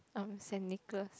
um Saint-Nicholas